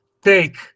take